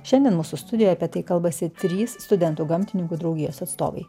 šiandien mūsų studijoje apie tai kalbasi trys studentų gamtininkų draugijos atstovai